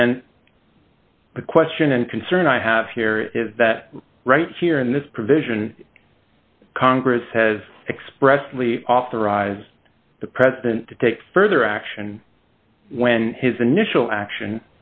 and the question and concern i have here is that right here in this provision congress has expressly authorized the president to take further action when his initial action